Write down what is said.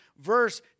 verse